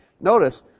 Notice